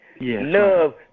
Love